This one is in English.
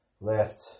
left